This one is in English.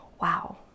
wow